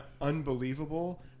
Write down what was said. unbelievable